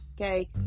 Okay